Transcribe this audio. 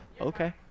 Okay